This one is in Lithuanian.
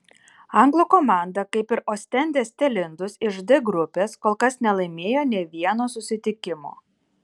anglų komanda kaip ir ostendės telindus iš d grupės kol kas nelaimėjo nė vieno susitikimo